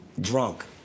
drunk